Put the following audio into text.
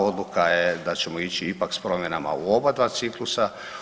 Odluka je da ćemo ići ipak s promjenama u oba dva ciklusa.